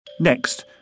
Next